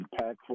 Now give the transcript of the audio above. impactful